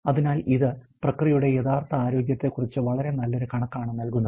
അതിനാൽ ഇത് പ്രക്രിയയുടെ യഥാർത്ഥ ആരോഗ്യത്തെക്കുറിച്ച് വളരെ നല്ലൊരു കണക്കാണ് നൽകുന്നത്